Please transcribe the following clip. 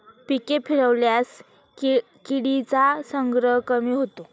पिके फिरवल्यास किडींचा संग्रह कमी होतो